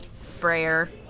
sprayer